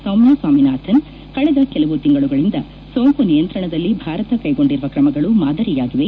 ಸೌಮ್ಯ ಸ್ವಾಮಿನಾಥನ್ ಕಳೆದ ಕೆಲವು ತಿಂಗಳುಗಳಿಂದ ಸೋಂಕು ನಿಯಂತ್ರಣದಲ್ಲಿ ಭಾರತ ಕೈಗೊಂಡಿರುವ ಕ್ರಮಗಳು ಮಾದರಿಯಾಗಿವೆ